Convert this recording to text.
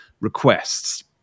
requests